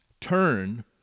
Turn